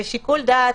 בשיקול דעת,